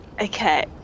okay